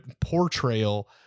portrayal